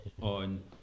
on